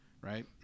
Right